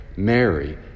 Mary